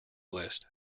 list